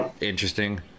interesting